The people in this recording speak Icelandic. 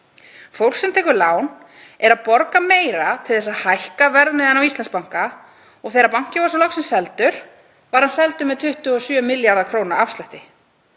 Fólk sem tekur lán er að borga meira til þess að hækka verðmiðann á Íslandsbanka og þegar bankinn var svo loksins seldur var hann seldur með 27 milljarða kr. afslætti.